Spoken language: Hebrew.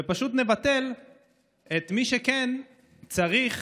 ופשוט נבטל את מי שכן צריך